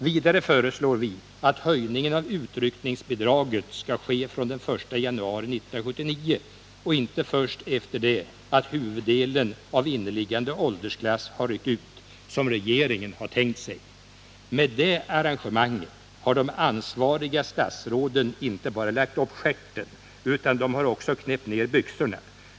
Vidare föreslår vi att höjningen av utryckningsbidraget skall ske från den 1 januari 1979 och inte först efter det att huvuddelen av inneliggande åldersklass har ryckt ut, som regeringen har tänkt sig. Med det arrangemanget har de ansvariga statsråden inte bara lagt upp stjärten, utan de har också knäppt ner byxorna.